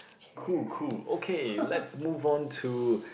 cool cool okay let's move on to